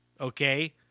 Okay